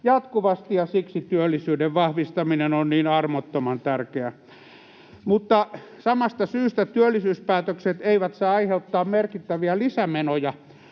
jatkuvasti, ja siksi työllisyyden vahvistaminen on niin armottoman tärkeää. Mutta samasta syystä työllisyyspäätökset eivät saa aiheuttaa merkittäviä lisämenoja.